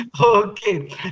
okay